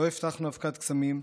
לא הבטחנו אבקת קסמים,